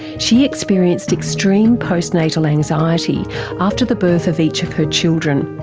she experienced extreme post-natal anxiety after the birth of each of her children.